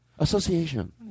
Association